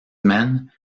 men